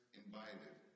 invited